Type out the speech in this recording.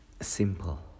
simple